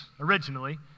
originally